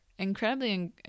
incredibly